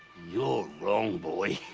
you're wrong boy!